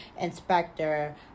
inspector